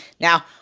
Now